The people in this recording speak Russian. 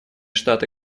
штаты